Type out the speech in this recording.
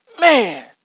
man